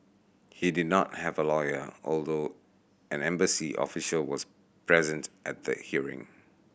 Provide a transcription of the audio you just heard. he did not have a lawyer although an embassy official was present at the hearing